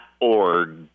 org